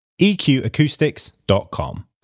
EQAcoustics.com